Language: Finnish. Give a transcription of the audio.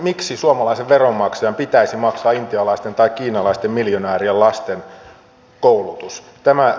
miksi suomalaisen veronmaksajan pitäisi maksaa intialaisten tai kiinalaisten miljonäärien lasten koulutus